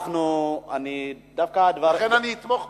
אדוני היושב-ראש, לכן, אני אתמוך בה,